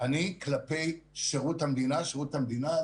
אני כלפי שירות המדינה.